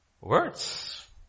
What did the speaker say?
words